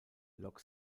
lok